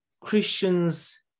Christians